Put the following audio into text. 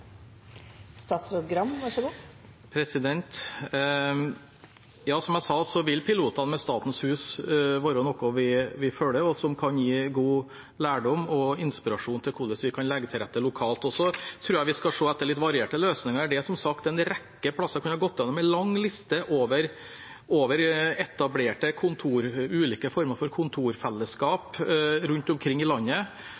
så langt. Som jeg sa, vil pilotene ved Statens hus være noe vi følger, og noe som kan gi god lærdom og inspirasjon til hvordan vi kan legge til rette lokalt. Så tror jeg vi skal se etter litt varierte løsninger her. Det er som sagt en rekke plasser – jeg kunne ha gått gjennom en lang liste over ulike etablerte former for